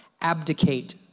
abdicate